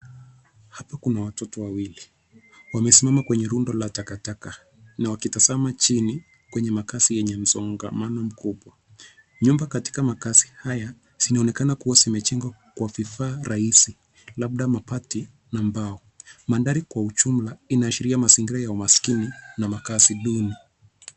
Hapa kuna watoto wawili wamesimama kwenye rundo la takataka na wakitazama chini kwenye makasi yenye msongamano mkubwa. Nyumba katika makasi haya zinaonekana kua zimejengwa kwa vifaa rahisi labda mabati na mbao. Mandhari kwa ujumla inaashiria mazingira ya umaskini na makazi duni.